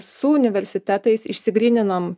su universitetais išsigryninom